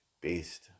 based